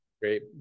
great